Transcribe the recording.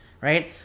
right